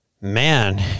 man